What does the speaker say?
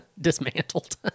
dismantled